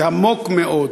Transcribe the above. זה עמוק מאוד.